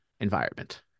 environment